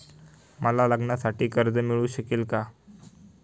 मला लग्नासाठी कर्ज मिळू शकेल का?